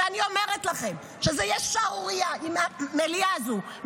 ואני אומרת לכם שזה יהיה שערורייה אם המליאה הזאת,